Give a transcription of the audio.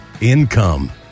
income